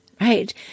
right